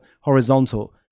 horizontal